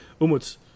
Umut